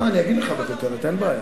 אני אגיד לך בכותרת, אין בעיה.